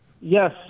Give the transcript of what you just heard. Yes